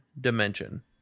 dimension